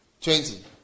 Twenty